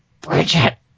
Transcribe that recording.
Bridget